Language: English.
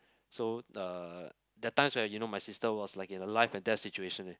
so the that times where you know my sister was like in a life and death situation eh